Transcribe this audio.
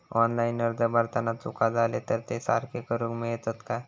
Online अर्ज भरताना चुका जाले तर ते सारके करुक मेळतत काय?